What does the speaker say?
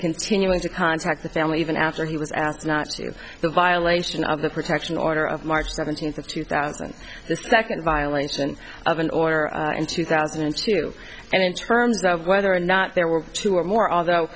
continuing to contact the family even after he was asked not to the violation of the protection order of march seventeenth of two thousand the second violence and of an order in two thousand and two and in terms of whether or not there were two or more although